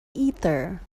ether